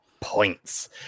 points